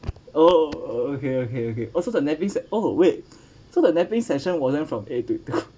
oh okay okay okay also the napping se~ oh wait so the napping session wasn't from eight to two